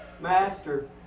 Master